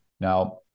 Now